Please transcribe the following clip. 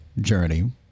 journey